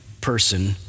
person